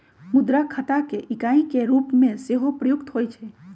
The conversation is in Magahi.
मुद्रा खता के इकाई के रूप में सेहो प्रयुक्त होइ छइ